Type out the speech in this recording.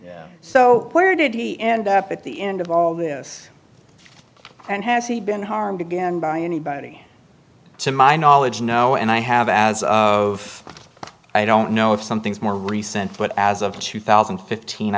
newbury so where did he end up at the end of all this and has he been harmed again by anybody to my knowledge no and i have as of i don't know if something's more recent but as of two thousand and fifteen